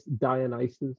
Dionysus